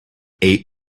eight